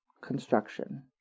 construction